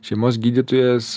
šeimos gydytojas